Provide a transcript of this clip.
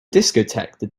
discotheque